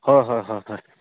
হয় হয় হয় হয়